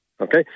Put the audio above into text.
okay